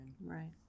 Right